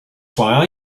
why